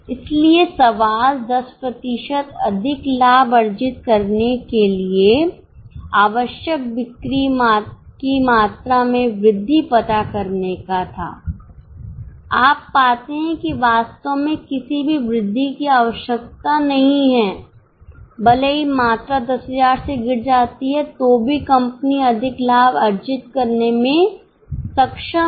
इसलिए सवाल 10 प्रतिशत अधिक लाभ अर्जित करने के लिए आवश्यक बिक्री की मात्रा में वृद्धि पता करने का था आप पाते हैं कि वास्तव में किसी भी वृद्धि की आवश्यकता नहीं है भले ही मात्रा 10000 से गिर जाती है तो भी कंपनी अधिक लाभ अर्जित करने में सक्षम है